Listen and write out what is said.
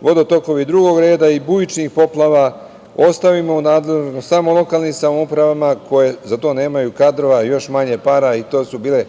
vodo tokova drugog reda i bujičnih poplava ostavimo u nadležnosti samo lokalnih samouprava koje za to nemaju kadrova, a još manje para i to su bile